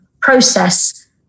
process